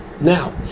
Now